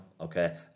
Okay